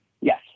Yes